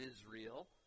Israel